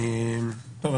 טוב,